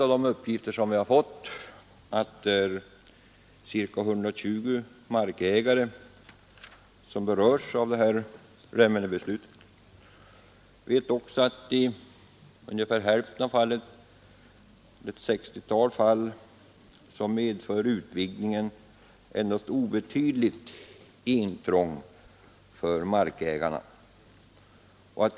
Av de uppgifter vi fått framgår att ca 120 markägare är berörda av Remmenebeslutet, men i ungefär hälften av fallen, alltså ett 60-tal fall, medför utvidgningen endast obetydligt intrång för markägarna.